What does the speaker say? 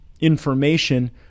information